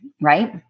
Right